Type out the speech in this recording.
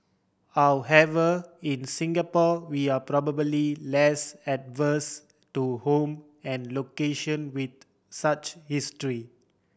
however in Singapore we are probably less averse to home and location with such history